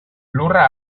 lurra